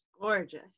Gorgeous